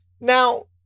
Now